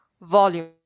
volume